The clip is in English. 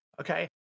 okay